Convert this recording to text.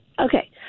Okay